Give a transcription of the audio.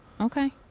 Okay